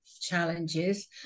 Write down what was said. challenges